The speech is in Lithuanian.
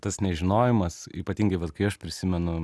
tas nežinojimas ypatingai vat kai aš prisimenu